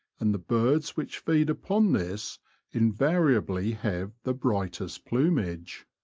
and the birds which feed upon this invariably have the brightest plumage.